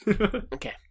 Okay